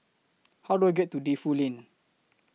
How Do I get to Defu Lane